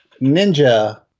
ninja